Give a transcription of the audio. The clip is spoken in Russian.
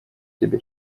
себя